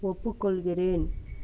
ஒப்புக்கொள்கிறேன்